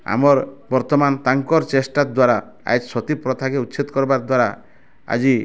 ଆମର୍ ବର୍ତ୍ତମାନ୍ ତାଙ୍କର୍ ଚେଷ୍ଟା ଦ୍ୱାରା ଆଏଜ୍ ସତୀ ପ୍ରଥା କେ ଉଚ୍ଛେଦ୍ କରବାର୍ ଦ୍ୱାରା ଆଜି